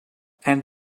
and